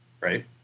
right